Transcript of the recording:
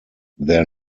their